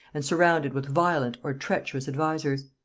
and surrounded with violent or treacherous advisers.